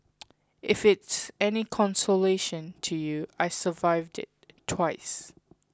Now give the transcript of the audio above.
if it's any consolation to you I survived it twice